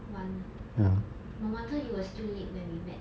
one ah no wonder you were still late when we met